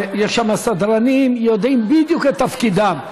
יש שם סדרנים, הם יודעים בדיוק את תפקידם.